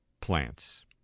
plants